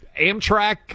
Amtrak